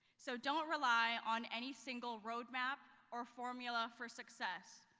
so, don't rely on any single road map or formula for success,